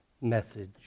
message